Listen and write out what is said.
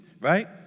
right